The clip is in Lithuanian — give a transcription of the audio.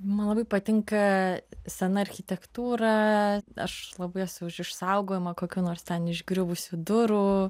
man labai patinka sena architektūra aš labai esu už išsaugojimą kokių nors ten išgriuvusių durų